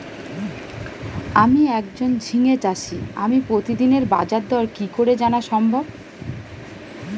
আমি একজন ঝিঙে চাষী আমি প্রতিদিনের বাজারদর কি করে জানা সম্ভব?